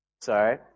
Sorry